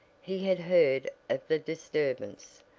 he had heard of the disturbance,